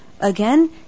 again